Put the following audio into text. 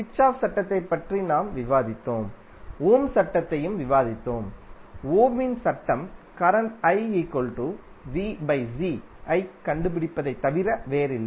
Kirchhoff சட்டத்தைப் பற்றி நாம் விவாதித்தோம் ஓம் சட்டத்தையும் விவாதித்தோம் ஓமின் சட்டம் கரண்ட் ஐக் கண்டுபிடிப்பதைத் தவிர வேறில்லை